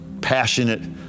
passionate